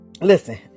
listen